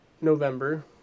November